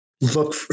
look